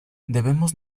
debemos